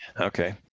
Okay